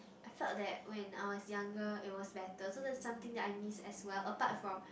I feel that when I was younger it was better so that something that I miss as well apart from